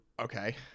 Okay